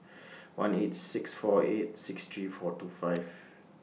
one eight six four eight six three four two five